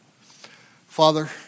Father